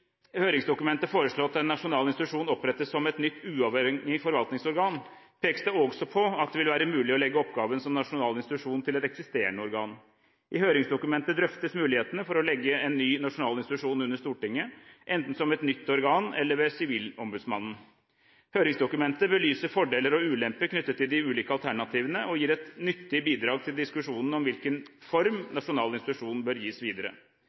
høringsdokumentet foreslås at en nasjonal institusjon opprettes som et nytt, uavhengig forvaltningsorgan, pekes det også på at det ville være mulig å legge oppgaven som nasjonal institusjon til et eksisterende organ. I høringsdokumentet drøftes mulighetene for å legge en ny nasjonal institusjon under Stortinget, enten som et nytt organ eller ved Sivilombudsmannen. Høringsdokumentet belyser fordeler og ulemper knyttet til de ulike alternativene og gir et nyttig bidrag til diskusjonen om hvilken form nasjonal institusjon bør gis videre.